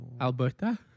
Alberta